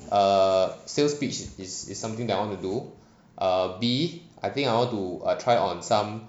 a sales pitch is is something that I want to do a bit I think I will or try on some